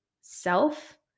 self